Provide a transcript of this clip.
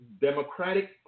Democratic